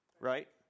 Right